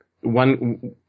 one